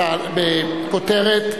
בכותרת: